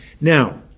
Now